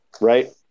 right